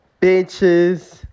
bitches